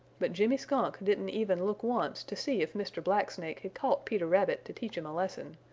but jimmy skunk didn't even look once to see if mr. black snake had caught peter rabbit to teach him a lesson,